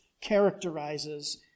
characterizes